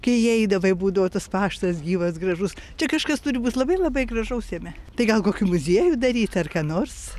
kai įeidavai būdavo tas paštas gyvas gražus čia kažkas turi būt labai labai gražaus jame tai gal kokį muziejų daryt ar ką nors